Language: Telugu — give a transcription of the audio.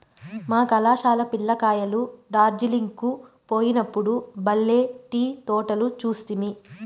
మా కళాశాల పిల్ల కాయలు డార్జిలింగ్ కు పోయినప్పుడు బల్లే టీ తోటలు చూస్తిమి